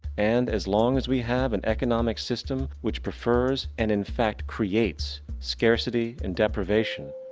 and, as long as we have an economic system, which preferes and infact creates scarcity and deprivation,